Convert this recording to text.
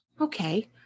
Okay